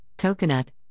coconut